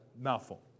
mouthful